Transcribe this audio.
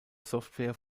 software